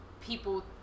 people